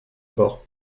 bords